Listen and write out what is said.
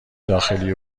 داخلی